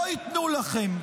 לא ייתנו לכם.